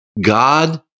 God